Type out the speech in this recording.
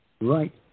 right